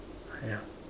ya